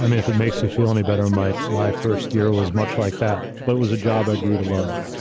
um if it makes you feel any better, mike, my first year was much like that. but it was a job i grew to love.